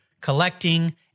collecting